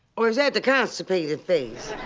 or is that the constipated face?